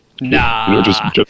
nah